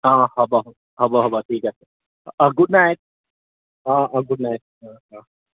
অঁ হ'ব হ'ব হ'ব ঠিক আছে অঁ অঁ গুড নাইট অঁ অঁ গুড নাইট অঁ অঁ